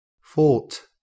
fought